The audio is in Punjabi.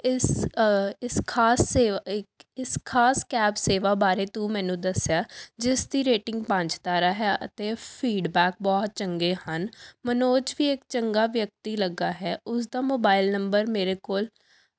ਇਸ ਇਸ ਖਾਸ ਸੇਵਾ ਇੱਕ ਇਸ ਖਾਸ ਕੈਬ ਸੇਵਾ ਬਾਰੇ ਤੂੰ ਮੈਨੂੰ ਦੱਸਿਆ ਜਿਸ ਦੀ ਰੇਟਿੰਗ ਪੰਜ ਤਾਰਾ ਹੈ ਅਤੇ ਫੀਡਬੈਕ ਬਹੁਤ ਚੰਗੇ ਹਨ ਮਨੋਜ ਵੀ ਇੱਕ ਚੰਗਾ ਵਿਅਕਤੀ ਲੱਗਾ ਹੈ ਉਸ ਦਾ ਮੋਬਾਇਲ ਨੰਬਰ ਮੇਰੇ ਕੋਲ